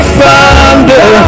thunder